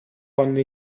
quando